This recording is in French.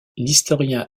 l’historien